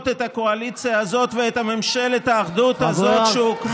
את הקואליציה הזאת ואת ממשלת האחדות הזאת שהוקמה,